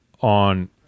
on